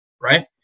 right